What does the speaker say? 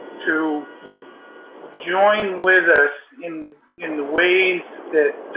to join with us in, in the ways that